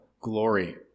glory